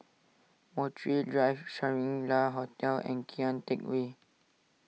Montreal Drive Shangri La Hotel and Kian Teck Way